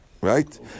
right